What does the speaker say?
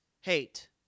hate